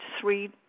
three